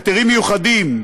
היתרים מיוחדים,